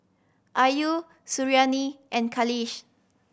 Ayu Suriani and Khalish